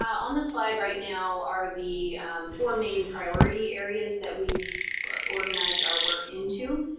on the slide right now are the four main priority areas that we've organized our work into.